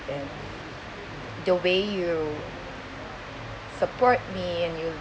and the way you support me and you